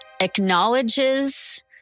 acknowledges